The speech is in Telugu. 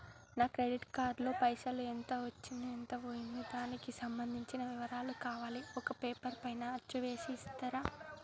నా క్రెడిట్ కార్డు లో పైసలు ఎంత వచ్చింది ఎంత పోయింది దానికి సంబంధించిన వివరాలు కావాలి ఒక పేపర్ పైన అచ్చు చేసి ఇస్తరా?